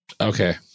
Okay